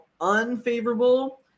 unfavorable